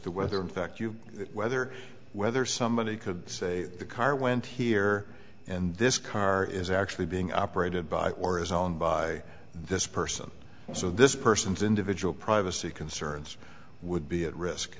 to whether in fact you whether whether somebody could say the car went here and this car is actually being operated by or is owned by this person so this person's individual privacy concerns would be at risk